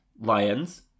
lions